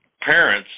parents